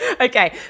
Okay